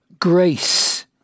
grace